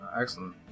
Excellent